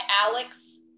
Alex